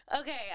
Okay